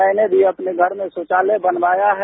मैंने भी अपने घर में शौचालय बनवाया है